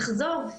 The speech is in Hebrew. תחזור,